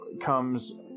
comes